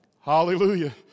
hallelujah